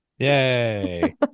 yay